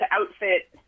outfit